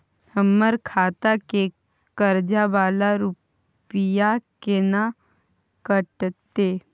हमर खाता से कर्जा वाला रुपिया केना कटते?